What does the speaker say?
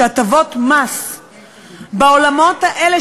שהטבות מס בעולמות האלה,